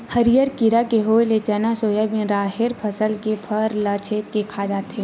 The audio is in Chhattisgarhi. हरियर कीरा के होय ले चना, सोयाबिन, राहेर फसल के फर ल छेंद के खा जाथे